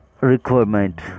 requirement